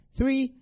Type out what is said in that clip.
Three